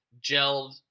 gelled